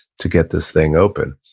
to get this thing open.